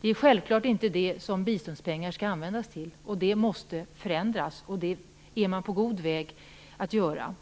Det är självklart inte så biståndspengar skall användas. Det måste förändras, och det är man på god väg att göra.